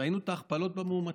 ראינו את ההכפלות במאומתים,